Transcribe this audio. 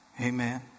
Amen